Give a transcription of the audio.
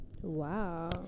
Wow